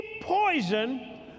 poison